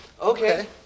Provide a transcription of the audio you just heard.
okay